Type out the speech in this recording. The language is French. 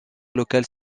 locales